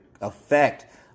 effect